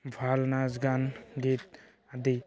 ভাল নাচ গান গীত আদি